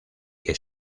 que